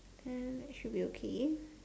mm that should be okay